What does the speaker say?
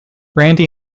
randy